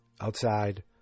outside